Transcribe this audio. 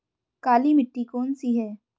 काली मिट्टी कौन सी है?